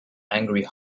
angry